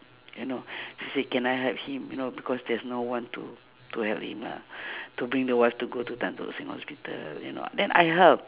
you know say can I help him you know because there's no one to to help him lah to bring the wife to go to tan-tock-seng hospital you know then I help